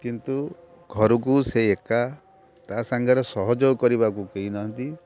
କିନ୍ତୁ ଘରକୁ ସେଇ ଏକା ତା' ସାଙ୍ଗରେ ସହଯୋଗ କରିବାକୁ କେହି ନାହାଁନ୍ତି